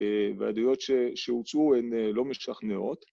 ‫והדעויות שהוצאו הן לא משכנעות.